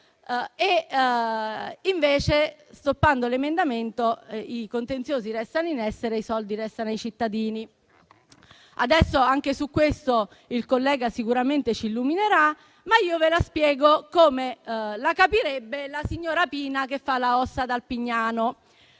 E invece, stoppando l'emendamento, i contenziosi restano in essere e i soldi restano ai cittadini. Anche su questo il collega sicuramente ci illuminerà, ma io ve lo spiego, come la capirebbe la signora Pina che fa l'operatrice